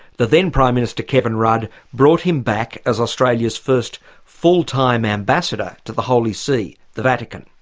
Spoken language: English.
the then prime minister kevin rudd brought him back as australia's first full-time ambassador to the holy see, the vatican.